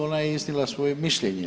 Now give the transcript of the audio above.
Ona je iznijela svoje mišljenje.